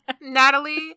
Natalie